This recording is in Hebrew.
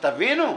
תבינו,